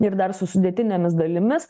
ir dar su sudėtinėmis dalimis